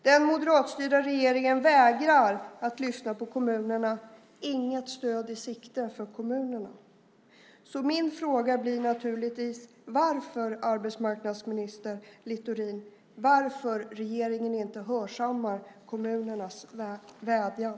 Den moderatstyrda regeringen vägrar att lyssna på kommunerna. Inget stöd finns i sikte för kommunerna. Min fråga blir naturligtvis: Varför, arbetsmarknadsminister Littorin, hörsammar regeringen inte kommunernas vädjan?